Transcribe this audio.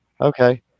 okay